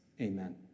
Amen